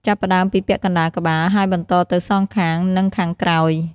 ចាប់ផ្ដើមពីពាក់កណ្ដាលក្បាល ហើយបន្តទៅសងខាង និងខាងក្រោយ។